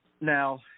Now